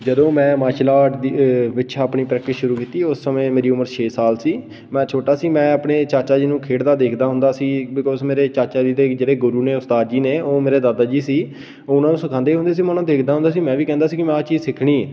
ਜਦੋਂ ਮੈਂ martial art ਦੀ ਵਿਸ਼ ਆਪਣੀ ਪ੍ਰੈਕਟਿਸ ਸ਼ੁਰੂ ਕੀਤੀ ਉਸ ਸਮੇਂ ਮੇਰੀ ਉਮਰ ਛੇ ਸਾਲ ਸੀ ਮੈਂ ਛੋਟਾ ਸੀ ਮੈਂ ਆਪਣੇ ਚਾਚਾ ਜੀ ਨੂੰ ਖੇਡਦਾ ਦੇਖਦਾ ਹੁੰਦਾ ਸੀ ਬਿਕੋਸ ਮੇਰੇ ਚਾਚਾ ਜੀ ਦੇ ਜਿਹੜੇ ਗੁਰੂ ਨੇ ਉਸਤਾਦ ਜੀ ਨੇ ਉਹ ਮੇਰੇ ਦਾਦਾ ਜੀ ਸੀ ਉਹ ਉਹਨਾਂ ਨੂੰ ਸਿਖਾਉਂਦੇ ਹੁੰਦੇ ਸੀ ਮੈਂ ਉਹਨਾਂ ਦੇਖਦਾ ਹੁੰਦਾ ਸੀ ਮੈਂ ਵੀ ਕਹਿੰਦਾ ਸੀ ਕਿ ਮੈਂ ਆਹ ਚੀਜ਼ ਸਿੱਖਣੀ ਹੈ